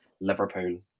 Liverpool